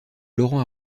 laurent